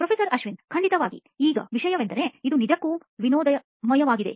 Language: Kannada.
ಪ್ರೊಫೆಸರ್ ಅಶ್ವಿನ್ ಖಂಡಿತವಾಗಿ ಈಗ ವಿಷಯವೆಂದರೆ ಇದು ನಿಜಕ್ಕೂ ವಿನೋದಮಯವಾಗಿದೆ